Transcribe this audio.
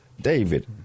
David